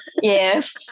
Yes